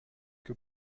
que